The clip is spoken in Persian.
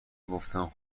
گفتم